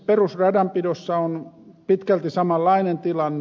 perusradanpidossa on pitkälti samanlainen tilanne